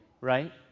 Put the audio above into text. right